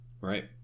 Right